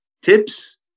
tips